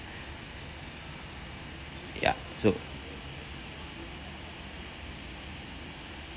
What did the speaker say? ya so